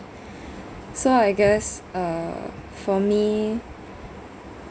so I guess uh for me